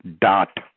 dot